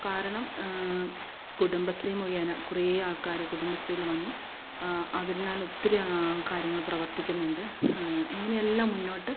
കാരണം കുടുംബശ്രീ മുഖേന കുറേ ആൾക്കാർ കുടുംബശ്രീയിൽ വന്നു അവിടെ നിന്നാണ് ഒത്തിരി കാര്യങ്ങൾ പ്രവർത്തിക്കുന്നുണ്ട് ഇങ്ങനെയെല്ലാം മുന്നോട്ട്